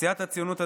סיעת הציונות הדתית,